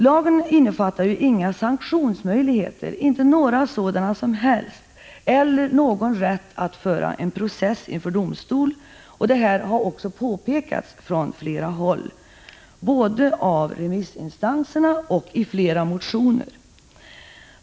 Lagen innefattar inga som helst sanktionsmöjligheter och inte heller någon rätt att föra en process inför domstol. Detta har också påpekats från flera håll, både av remissinstanser och i flera motioner.